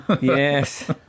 Yes